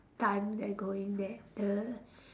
time that going there the